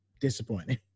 Disappointing